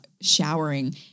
showering